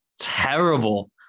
terrible